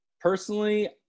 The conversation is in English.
Personally